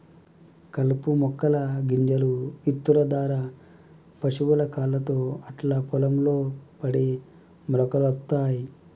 కలుపు మొక్కల గింజలు ఇత్తుల దారా పశువుల కాళ్లతో అట్లా పొలం లో పడి మొలకలొత్తయ్